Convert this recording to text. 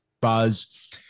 buzz